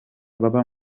baba